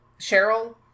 Cheryl